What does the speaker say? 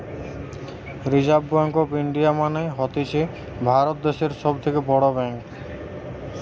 reserve bank of India মানে হতিছে ভারত দ্যাশের সব থেকে বড় ব্যাঙ্ক